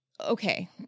Okay